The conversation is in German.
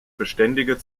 beständige